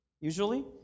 usually